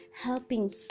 helping